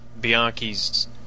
Bianchi's